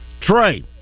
Trey